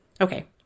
Okay